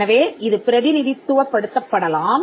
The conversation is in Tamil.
எனவே இது பிரதிநிதித்துவப்படுத்தப் படலாம்